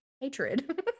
hatred